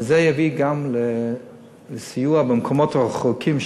וזה יביא גם לסיוע במקומות הרחוקים,